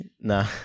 Nah